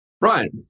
Right